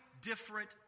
different